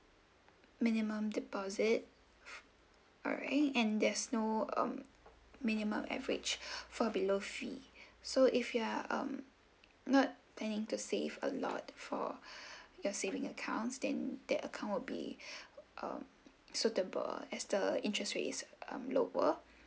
minimum deposit alright and there's no um minimum average fall below fee so if you're um not planning to save a lot for your saving accounts then that account will be uh suitable as the interest rates are lower